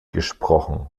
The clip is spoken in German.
gesprochen